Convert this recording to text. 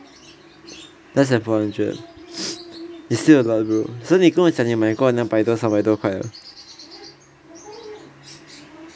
less than four hundred it's still a lot bro 所以你讲你买过两百多三百多块的